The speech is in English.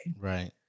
Right